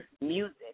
music